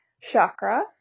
chakra